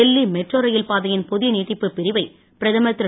Delhi metro rail பாதையின் புதிய நீட்டிப்புப் பிரிவை பிரதமர் திரு